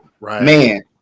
man